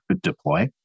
deploy